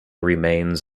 remains